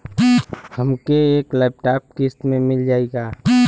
हमके एक लैपटॉप किस्त मे मिल जाई का?